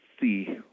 see